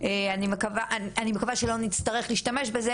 אני כולי תקווה שלא נצטרך להשתמש בזה